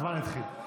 הזמן התחיל.